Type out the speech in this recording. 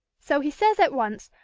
so he says at once,